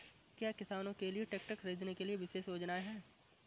क्या किसानों के लिए ट्रैक्टर खरीदने के लिए विशेष योजनाएं हैं?